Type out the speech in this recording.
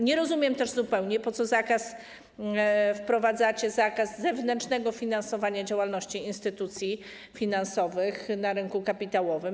Nie rozumiem też zupełnie, po co wprowadzacie zakaz zewnętrznego finansowania działalności instytucji finansowych na rynku kapitałowym.